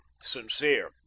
sincere